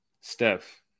Steph